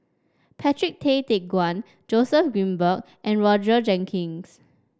Patrick Tay Teck Guan Joseph Grimberg and Roger Jenkins